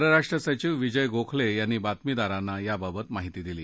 परराष्ट्र सचिव विजय गोखले यांनी बातमीदारांना याबाबत माहिती दिली